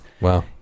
Wow